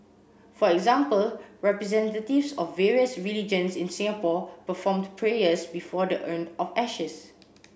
for example representatives of various religions in Singapore performed prayers before the urn of ashes